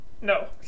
No